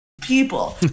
people